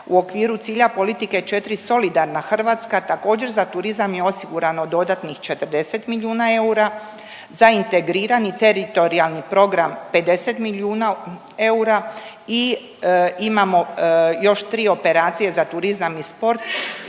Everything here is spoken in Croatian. u okviru cilja politike 4, solidarna Hrvatska, također, za turizam je osigurano dodatnih 40 milijuna eura, za integrirani teritorijalni program 50 milijuna eura i imamo još 3 operacije za turizam i sport,